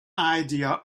idea